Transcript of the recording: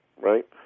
right